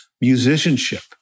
musicianship